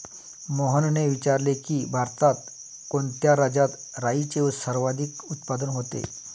मोहनने विचारले की, भारतात कोणत्या राज्यात राईचे सर्वाधिक उत्पादन होते?